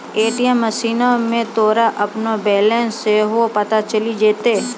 ATM मशीनो मे तोरा अपनो बैलेंस सेहो पता चलि जैतै